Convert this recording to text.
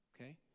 okay